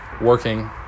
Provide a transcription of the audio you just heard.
working